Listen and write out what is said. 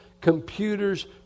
computers